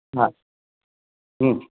हा ह्म